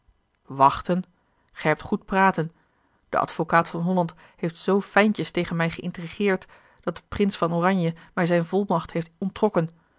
gij hebt goed praten de advocaat van holland heeft zoo fijntjes tegen mij geïntrigeerd dat de prins van oranje mij zijne volmacht heeft onttrokken